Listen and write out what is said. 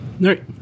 right